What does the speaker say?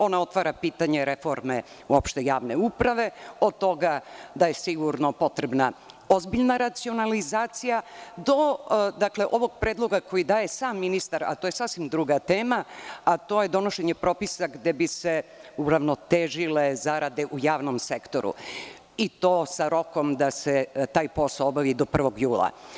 Ona otvara pitanje reforme uopšte javne uprave, od toga da je sigurno potrebna ozbiljna racionalizacija, do ovog predloga koji daje sam ministar, a to je sasvim druga tema, to je donošenje propisa gde bi se uravnotežile zarade u javnom sektoru i to sa rokom da se taj posao obavi do 1. jula.